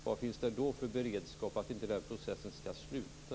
Vilken beredskap finns det för att den processen inte skall sluta?